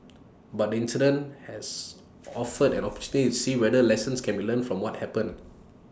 but the incident has offered an opportunity to see whether lessons can be learned from what happened